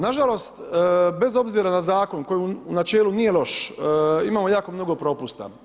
Nažalost, bez obzira na Zakon koji u načelu nije loš, imamo jako mnogo propusta.